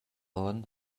onn